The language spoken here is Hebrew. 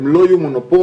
הם לא יהיו מונופול,